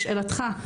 לשאלתך,